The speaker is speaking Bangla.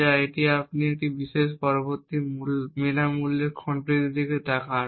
যা এটি এবং আপনি এই বিশেষ পরবর্তী বিনামূল্যের খণ্ডটির দিকে তাকান